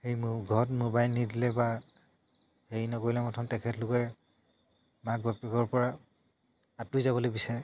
সেই ঘৰত মোবাইল নিদিলে বা হেৰি নকৰিলে প্ৰথম তেখেতলোকে মাক বাপেকৰ পৰা আঁতৰি যাবলৈ বিচাৰে